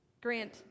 grant